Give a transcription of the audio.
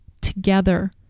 together